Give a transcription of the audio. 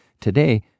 Today